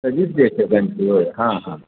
दलित लेखकांची होय हां हां